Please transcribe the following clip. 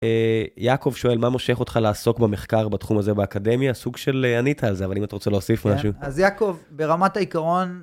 יעקב שואל, מה מושך אותך לעסוק במחקר, בתחום הזה, באקדמיה? סוג של ענית על זה, אבל אם אתה רוצה להוסיף משהו. אז יעקב, ברמת העיקרון...